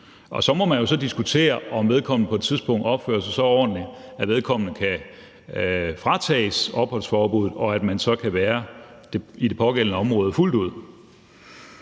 Og så må man jo så diskutere, om vedkommende på et tidspunkt opfører sig så ordentligt, at vedkommende kan fratages opholdsforbuddet og så kan være i det pågældende område fuldt ud.